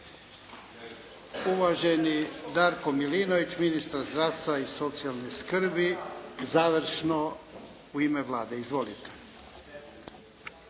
Uvaženi Darko Milinović, ministar zdravstva i socijalne skrbi završno u ime Vlade. Izvolite.